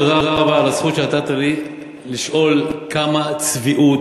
תודה רבה על הזכות שנתת לי לשאול כמה צביעות